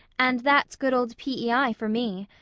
and that's good old p e i. for me.